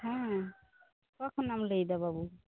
ᱦᱩᱸ ᱚᱠᱟ ᱠᱷᱚᱱᱟᱜ ᱮᱢ ᱞᱟ ᱭᱮᱫᱟ ᱵᱟ ᱵᱩ